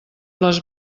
les